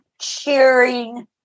cheering